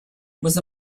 was